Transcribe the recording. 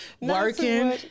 Working